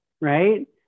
right